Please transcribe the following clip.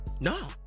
No